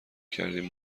کردیم